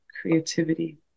creativity